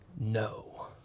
No